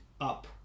up